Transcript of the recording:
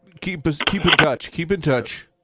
keep keep in touch. keep in touch.